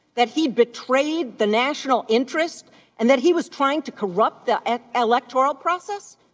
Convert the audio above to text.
that he'd betrayed the national interest and that he was trying to corrupt the electoral process?